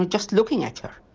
and just looking at her.